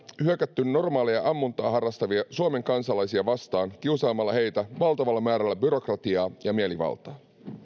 hyökätty normaaleja ammuntaa harrastavia suomen kansalaisia vastaan kiusaamalla heitä valtavalla määrällä byrokratiaa ja mielivaltaa